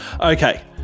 Okay